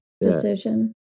decision